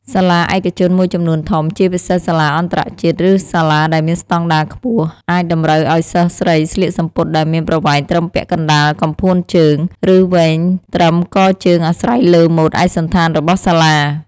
សាលាឯកជនមួយចំនួនធំ ជាពិសេសសាលាអន្តរជាតិ ឬសាលាដែលមានស្តង់ដារខ្ពស់ អាចតម្រូវឱ្យសិស្សស្រីស្លៀកសំពត់ដែលមានប្រវែងត្រឹមពាក់កណ្ដាលកំភួនជើង ឬវែងត្រឹមកជើងអាស្រ័យលើម៉ូដឯកសណ្ឋានរបស់សាលា។